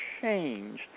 changed